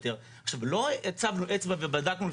להשוות.